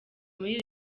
muri